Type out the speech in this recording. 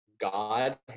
god